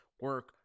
Work